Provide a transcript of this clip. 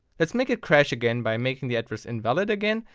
let's make it crash again by making the address invalid again.